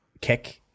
kick